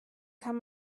kann